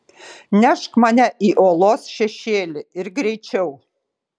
nešk mane į uolos šešėlį ir greičiau